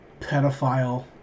pedophile